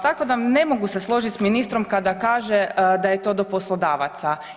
Tako da ne mogu se složiti s ministrom kada kaže da je to do poslodavaca.